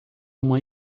uma